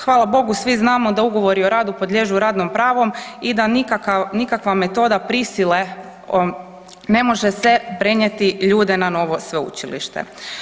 Hvala Bogu svi znamo da ugovori o radu podliježu radnom pravu i da nikakva metoda prisile ne može se prenijeti ljude na novo sveučilište.